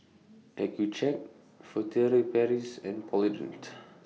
Accucheck Furtere Paris and Polident